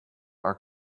are